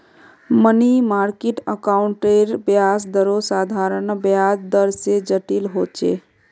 money market अकाउंटेर ब्याज दरो साधारण ब्याज दर से जटिल होचे